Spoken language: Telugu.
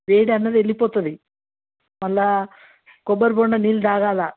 వేడి అన్నది వెళ్ళిపోతుంది మళ్ళీ కొబ్బరిబొండం నీళ్ళు త్రాగాలి